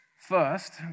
First